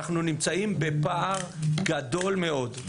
אנחנו נמצאים בפער גדול מאוד.